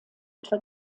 etwa